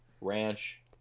ranch